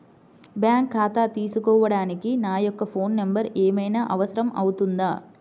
Bank ఖాతా తీసుకోవడానికి నా యొక్క ఫోన్ నెంబర్ ఏమైనా అవసరం అవుతుందా?